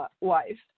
wife